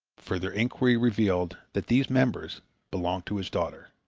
further inquiry revealed that these members belonged to his daughter.